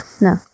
No